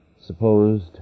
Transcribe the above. supposed